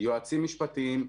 יועצים משפטיים,